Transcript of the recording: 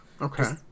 Okay